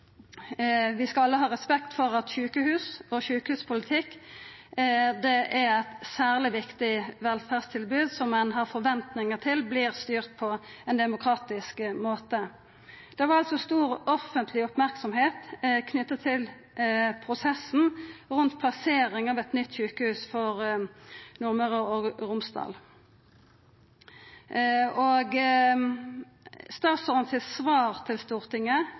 sjukehuspolitikk er eit særleg viktig velferdstilbod som ein har forventningar til at vert styrt på ein demokratisk måte. Det var stor offentleg merksemd om prosessen rundt plassering av eit nytt sjukehus for Nordmøre og Romsdal. Statsråden sitt svar til Stortinget